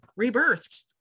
rebirthed